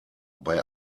bei